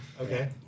Okay